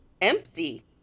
empty